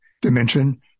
dimension